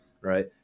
right